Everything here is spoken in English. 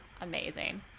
amazing